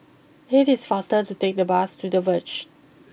it is faster to take bus to the Verge